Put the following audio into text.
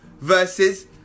versus